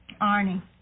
Arnie